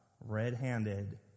red-handed